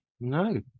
no